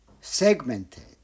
segmented